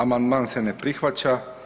Amandman se ne prihvaća.